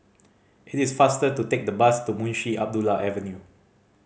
it is faster to take the bus to Munshi Abdullah Avenue